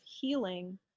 healing